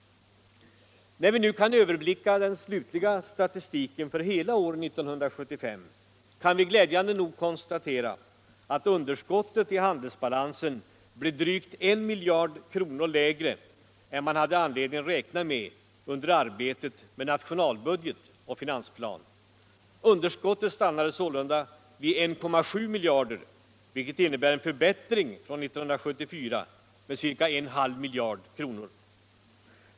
När vi nu kan överblicka den slutliga statistiken för hela år 1975 kan vi glädjande nog konstatera att underskottet i handelsbalansen blir drygt en miljard lägre än man hade anledning räkna med under arbetet med nationalbudget och finansplan. Underskottet stannade sålunda vid 1,7 miljarder, vilket innebär en förbättring i förhållande till 1974 med cirka en halv miljard kronor.